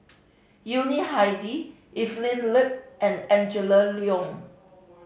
Yuni Hadi Evelyn Lip and Angela Liong